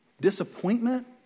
Disappointment